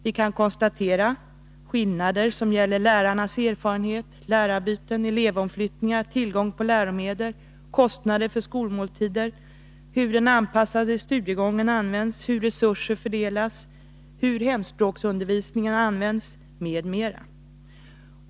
Vi kan konstatera skillnader som gäller lärarnas erfarenhet, lärarbyten, elevomflyttningar, tillgång på läromedel, kostnader för skolmåltider, hur den anpassade studiegången används, hur resurser fördelas, hur hemspråksundervisningen används m.m.